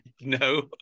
No